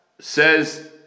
says